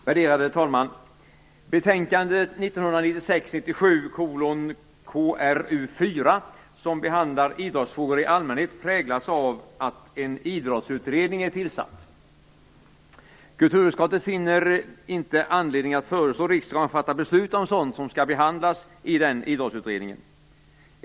Värderade talman! Betänkande 1996/97:KrU4, som behandlar idrottsfrågor i allmänhet, präglas av att en idrottsutredning är tillsatt. Kulturutskottet finner inte anledning att föreslå riksdagen att fatta beslut om sådant som skall behandlas i den idrottsutredningen.